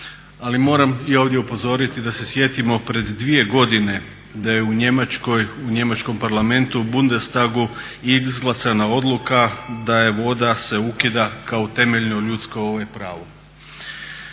Ali moram i ovdje upozoriti da se sjetimo pred dvije godine da je u Njemačkom parlamentu Bundestagu izglasana odluka da se voda ukida kao temeljno ljudsko pravo.